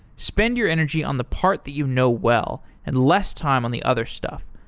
spend your energy on the part that you know well and less time on the other stuff.